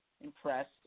impressed